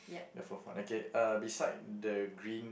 the fourth one okay uh beside the green